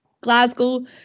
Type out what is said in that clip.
Glasgow